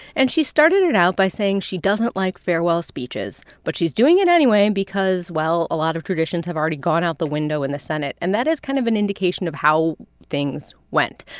and she started and out by saying she doesn't like farewell speeches. but she's doing it anyway because, well, a lot of traditions have already gone out the window in the senate. and that is kind of an indication of how things went.